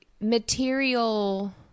material